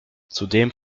zudem